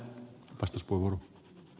arvoisa puhemies